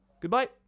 Goodbye